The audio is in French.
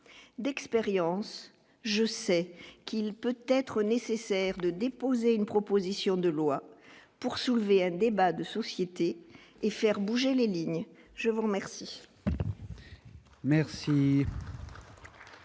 d'expérience, je sais qu'il peut être nécessaire de déposer une proposition de loi pour soulever un débat de société et faire bouger les lignes, je vous remercie.